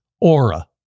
Aura